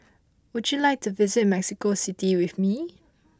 would you like to visit Mexico City with me